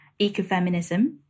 ecofeminism